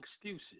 Excuses